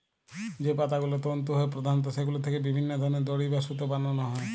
যে পাতাগুলো তন্তু হয় প্রধানত সেগুলো থিকে বিভিন্ন ধরনের দড়ি বা সুতো বানানা হয়